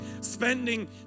spending